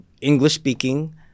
English-speaking